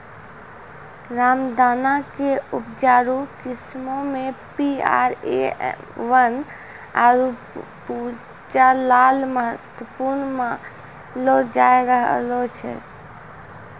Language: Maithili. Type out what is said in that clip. रामदाना के उपजाऊ किस्मो मे पी.आर.ए वन, आरु पूसा लाल महत्वपूर्ण मानलो जाय रहलो छै